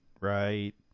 right